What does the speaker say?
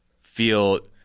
feel